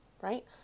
right